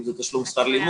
אם זה לתשלום שכר לימוד,